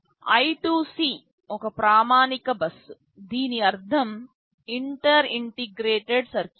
I2C ఒక ప్రామాణిక bus దీని అర్థం ఇంటర్ ఇంటిగ్రేటెడ్ సర్క్యూట్